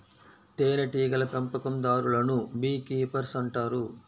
తేనెటీగల పెంపకందారులను bee keepers అంటారు